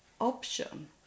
option